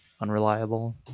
unreliable